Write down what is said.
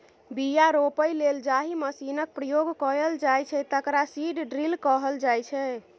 बीया रोपय लेल जाहि मशीनक प्रयोग कएल जाइ छै तकरा सीड ड्रील कहल जाइ छै